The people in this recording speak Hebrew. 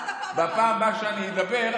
בפעם הבאה שאני אדבר,